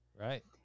Right